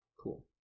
Cool